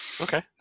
Okay